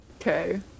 okay